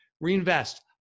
Reinvest